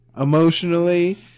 Emotionally